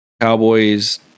Cowboys